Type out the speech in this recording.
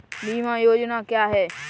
बीमा योजना क्या है?